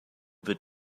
wird